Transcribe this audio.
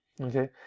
okay